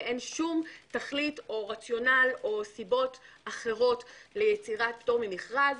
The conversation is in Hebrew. ואין שום תכלית או רציונל או סיבות אחרות ליצירת פטור ממכרז,